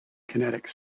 kinetic